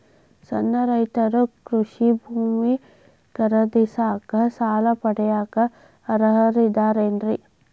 ಸಣ್ಣ ರೈತರು ಕೃಷಿ ಭೂಮಿ ಖರೇದಿಸಾಕ, ಸಾಲ ಪಡಿಯಾಕ ಅರ್ಹರಿದ್ದಾರೇನ್ರಿ?